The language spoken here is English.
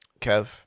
Kev